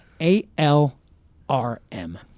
A-L-R-M